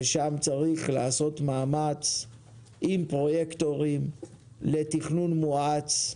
ושם צריך לעשות מאמץ עם פרויקטורים לתכנון מואץ,